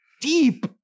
deep